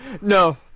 No